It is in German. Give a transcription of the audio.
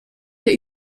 der